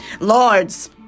Lords